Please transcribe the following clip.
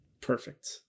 Perfect